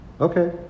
Okay